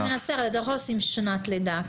אתה יכול לשים שנת לידה.